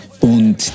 Und